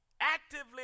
actively